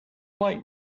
like